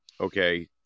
okay